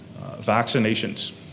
vaccinations